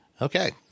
Okay